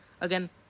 again